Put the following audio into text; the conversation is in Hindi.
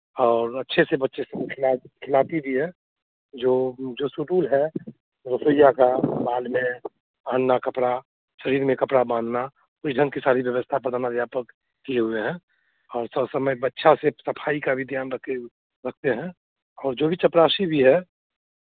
और अच्छे से बच्चे खिला खिलाती भी है जो जो शेडूल है रसोइया का बाल में बान्धना कपड़ा शरीर में कपड़ा बान्धना उस ढंग की सारी व्यवस्था प्रधान अध्यापक किए हुए हैं और सब समय अच्छा से सफाई का भी ध्यान रखे रखते हैं और जो भी चपरासी भी है